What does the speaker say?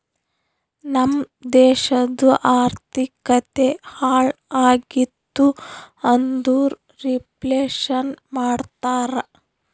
ನಮ್ ದೇಶದು ಆರ್ಥಿಕತೆ ಹಾಳ್ ಆಗಿತು ಅಂದುರ್ ರಿಫ್ಲೇಷನ್ ಮಾಡ್ತಾರ